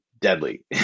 deadly